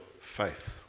faith